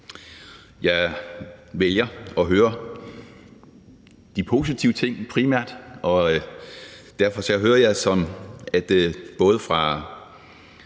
Jeg vælger at høre de positive ting primært, og derfor hører jeg både fra